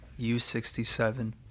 u67